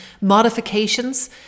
modifications